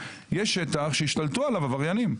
יש שטח שהשתלטו עליו עבריינים.